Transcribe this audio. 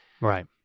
Right